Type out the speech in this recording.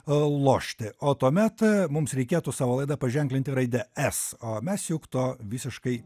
lošti o tuomet mums reikėtų savo laidą paženklinti raide s o mes juk to visiškai